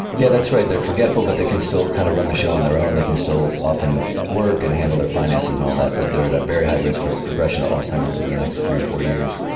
yeah that's right, they're forgetful but they can still kind of run the show on their own, they can still often work and handle their finances and all that, but they are at a very high risk for progressional alzheimer's over the next three or four years.